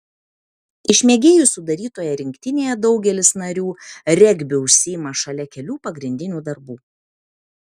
iš mėgėjų sudarytoje rinktinėje daugelis narių regbiu užsiima šalia kelių pagrindinių darbų